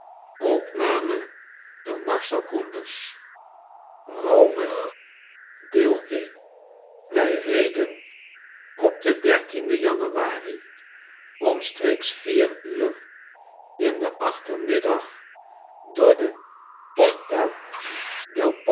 wij reden op den dertienden januari omstreeks vier uur in den achtermiddag door de